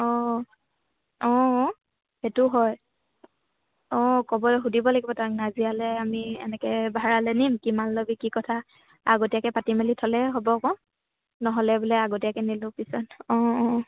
অঁ অঁ অঁ সেইটো হয় অঁ ক'ব সুধিব লাগিব তাক নাজিৰালৈ আমি এনেকৈ ভাড়ালৈ নিম কিমান ল'বি কি কথা আগতীয়াকৈ পাতি মেলি থ'লে হ'ব আকৌ নহ'লে বোলে আগতীয়াকৈ নিলোঁ পিছত অঁ অঁ